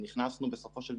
מירי סביון איתנו?